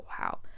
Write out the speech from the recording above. wow